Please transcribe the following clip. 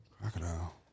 Crocodile